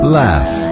laugh